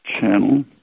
Channel